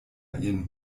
ihren